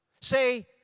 Say